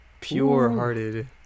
Pure-hearted